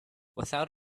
without